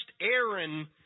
Aaron